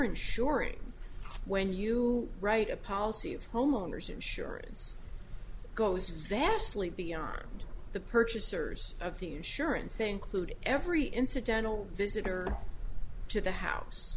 insuring when you write a policy of homeowner's insurance goes vastly beyond the purchasers of the insurance a include every incidental visitor to the house